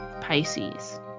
Pisces